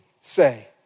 say